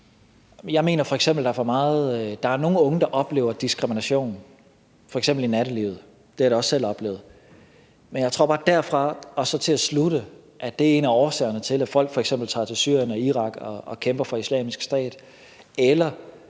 Jeg mener f.eks., at der er nogle unge, der oplever diskrimination, f.eks. i nattelivet – det har jeg da også selv oplevet – men derfra og så til at slutte, at det er en af årsagerne til, at folk f.eks. tager til Syrien og Irak og kæmper for Islamisk Stat